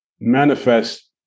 manifest